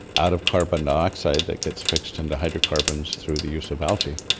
out of carbon dioxide that gets fixed into hydrocarbons through the use of algae.